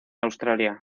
australia